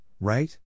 right